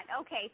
Okay